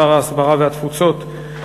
שר ההסברה והתפוצות,